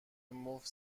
مفت